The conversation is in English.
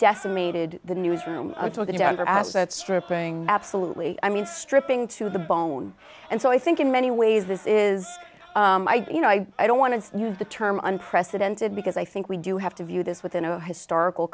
decimated the newsroom asset stripping absolutely i mean stripping to the bone and so i think in many ways this is i you know i i don't want to use the term unprecedented because i think we do have to view this within a historical